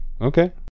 Okay